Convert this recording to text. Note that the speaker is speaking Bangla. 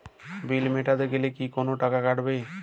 বিল মেটাতে গেলে কি কোনো টাকা কাটাবে?